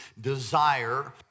Desire